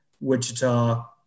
Wichita